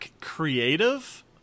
Creative